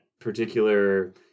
particular